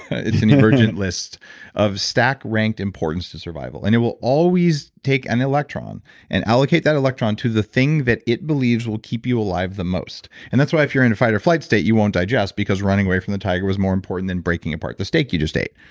it's an emergent list of stack ranked importance to survival, and it will always take an electron and allocate that electron to the thing that it believes will keep you alive the most. and that's why if you're in fight or flight state, you won't digest because running away from the tiger was more important than breaking apart the steak you just ate.